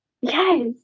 Yes